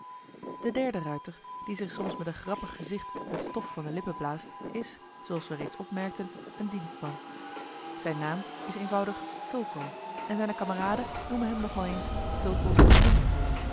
de derde ruiter die zich soms met een grappig gezicht het stof van de lippen blaast is zooals we reeds opmerkten een dienstman zijn naam is eenvoudig fulco en zijne kameraden noemen hem nog al eens fulco den